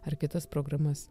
ar kitas programas